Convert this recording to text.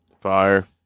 Fire